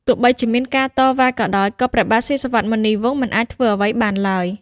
ទោះបីជាមានការតវ៉ាក៏ដោយក៏ព្រះបាទស៊ីសុវត្ថិ មុនីវង្សមិនអាចធ្វើអ្វីបានឡើយ។